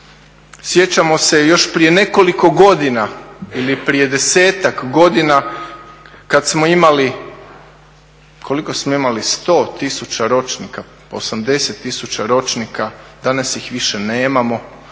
Sjećamo se još prije nekoliko godina ili prije desetak godina kad smo imali, koliko smo imali 100 tisuća ročnika, 80 tisuća ročnika, danas ih više nemamo,